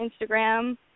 Instagram